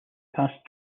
passed